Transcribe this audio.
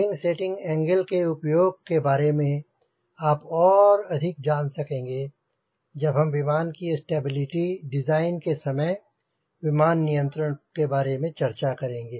wing setting angle के उपयोग के बारे में आप और अधिक जान सकेंगे जब हम विमान की स्टेबिलिटी डिज़ाइन के समय विमान नियंत्रण के बारे में चर्चा करेंगे